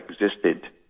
existed